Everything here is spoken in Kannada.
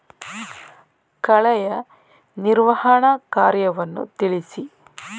ಕಳೆಯ ನಿರ್ವಹಣಾ ಕಾರ್ಯವನ್ನು ತಿಳಿಸಿ?